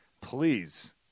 Please